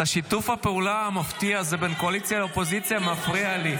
שיתוף הפעולה המפתיע הזה בין הקואליציה לאופוזיציה מפריע לי,